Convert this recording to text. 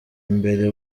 mbere